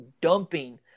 dumping